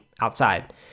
outside